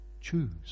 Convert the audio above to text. Choose